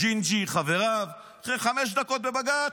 הג'ינג'י, חבריו, אחרי חמש דקות בבג"ץ,